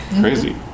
Crazy